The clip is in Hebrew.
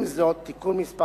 עם זאת, תיקון מס'